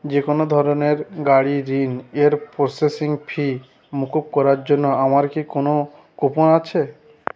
যে কোনো ধরনের গাড়ি ঋণ এর প্রসেসিং ফি মুকুব করার জন্য আমার কি কোনো কুপন আছে